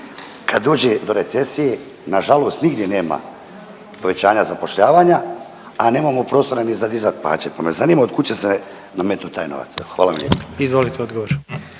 Kad dođe do recesije, nažalost nigdje nema povećanja zapošljavanja, a nema prostora ni za dizati plaće pa me zanima od kud će se nametnuti taj novac. Hvala lijepo.